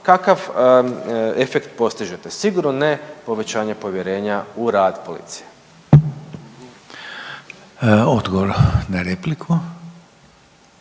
kakav efekt postižete? Sigurno ne povećanja povjerenja u rad policije. **Reiner, Željko